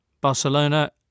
Barcelona